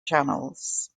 channels